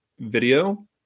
video